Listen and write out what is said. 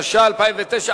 התש"ע 2009,